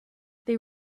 they